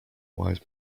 wise